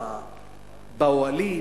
באוהלים,